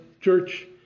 church